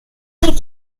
week